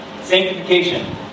Sanctification